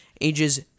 Ages